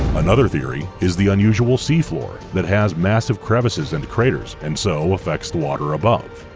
another theory is the unusual sea floor, that has massive crevices and craters and so affects the water above.